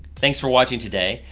thanks for watching today,